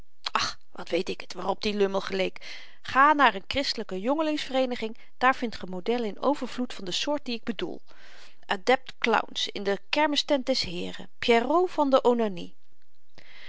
och wat weet ik het waarop die lummel geleek ga naar een christelyke jonchelings vereeniging daar vindt ge modellen in overvloed van de soort die ik bedoel adept clowns in de kermistent des heeren pierrots van de onanie